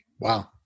Wow